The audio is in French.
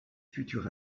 futur